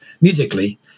musically